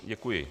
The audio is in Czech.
Děkuji.